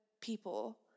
people